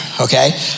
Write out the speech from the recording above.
okay